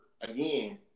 again